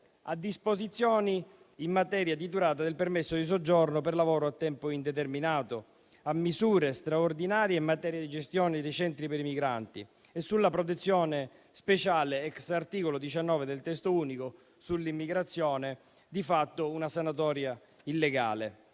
disposizioni in materia di durata del permesso di soggiorno per lavoro a tempo indeterminato e misure straordinarie in materia di gestione dei centri per i migranti e sulla protezione speciale *ex* articolo 19 del testo unico sull'immigrazione, di fatto una sanatoria illegale.